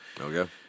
Okay